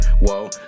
whoa